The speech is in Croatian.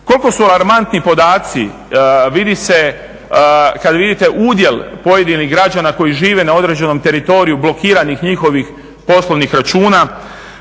Koliko su alarmantni podaci vidi se kad vidite udjel pojedinih građana koji žive na određenom teritoriju, blokiranih njihovih poslovnih računa.